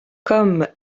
comme